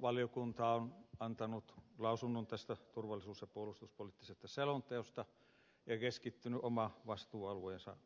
hallintovaliokunta on antanut lausunnon tästä turvallisuus ja puolustuspoliittisesta selonteosta ja keskittynyt oman vastuualueensa